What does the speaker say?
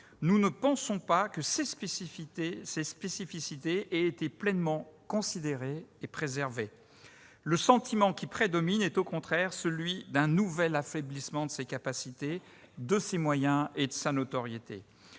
nous ne pensons pas que ses spécificités aient été pleinement considérées et préservées. Le sentiment qui prédomine est, au contraire, celui d'un nouvel affaiblissement de ses capacités, de ses moyens et de sa notoriété.